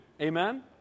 Amen